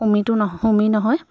হুমিটো হুমি নহয়